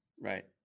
Right